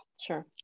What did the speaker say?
Sure